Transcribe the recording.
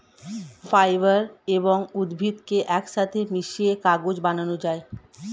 fibre এবং উদ্ভিদকে একসাথে মিশিয়ে কাগজ বানানো হয়